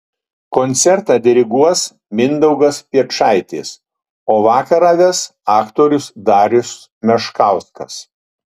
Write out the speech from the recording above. koncertą diriguos mindaugas piečaitis o vakarą ves aktorius darius meškauskas